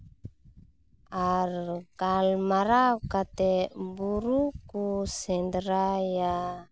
ᱟᱨ ᱜᱟᱞᱢᱟᱨᱟᱣ ᱠᱟᱛᱮᱫ ᱵᱩᱨᱩ ᱠᱚ ᱥᱮᱸᱫᱽᱨᱟᱭᱟ